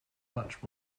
much